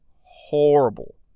horrible